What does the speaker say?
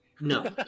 No